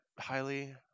highly